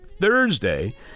Thursday